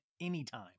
anytime